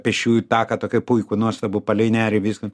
pėsčiųjų taką tokį puikų nuostabų palei nerį viską